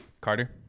carter